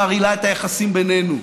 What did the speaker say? היא מרעילה את היחסים בינינו.